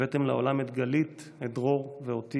הבאתם לעולם את גלית, את דרור ואותי.